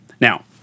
Now